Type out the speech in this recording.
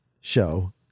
show